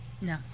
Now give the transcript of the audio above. No